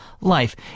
life